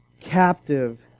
captive